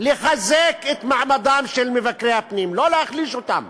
לחזק את מעמדם של מבקרי הפנים, לא להחליש אותם.